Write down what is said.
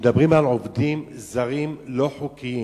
שכשמדברים על עובדים זרים לא-חוקיים,